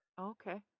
okay